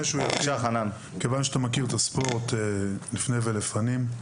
כיוון שאתה מכיר את הספורט לפני ולפנים.